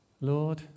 Lord